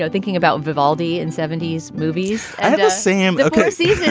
so thinking about vivaldi and seventy s movies and sam. ok see,